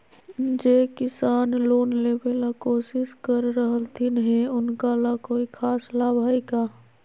जे किसान लोन लेबे ला कोसिस कर रहलथिन हे उनका ला कोई खास लाभ हइ का?